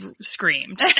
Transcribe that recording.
screamed